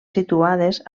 situades